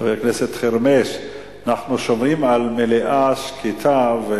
חבר הכנסת חרמש, אנחנו שומעים על מליאה שקטה.